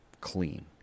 clean